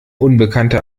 unbekannte